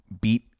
beat